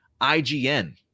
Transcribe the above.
IGN